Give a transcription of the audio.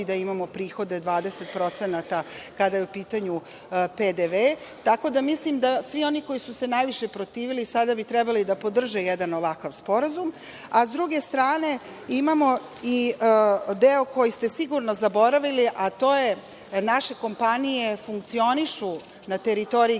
da imamo prihode 20% kada je u pitanju PDV.Tako da mislim da svi oni koji su se najviše protivili, sada bi trebali da podrže jedan ovakav sporazum.S druge strane, imamo i deo koji ste sigurno zaboravili, a to je – naše kompanije funkcionišu na teritoriju